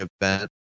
event